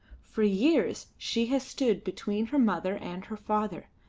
for years she had stood between her mother and her father,